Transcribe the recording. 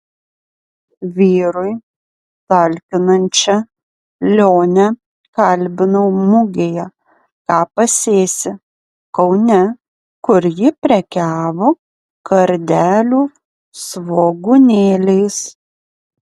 vyrui talkinančią lionę kalbinau mugėje ką pasėsi kaune kur ji prekiavo kardelių svogūnėliais